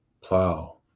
plow